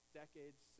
decades